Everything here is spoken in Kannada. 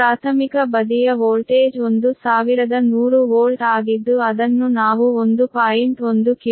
ಮತ್ತು ಪ್ರಾಥಮಿಕ ಬದಿಯ ವೋಲ್ಟೇಜ್ 1100 ವೋಲ್ಟ್ ಆಗಿದ್ದು ಅದನ್ನು ನಾವು 1